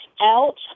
out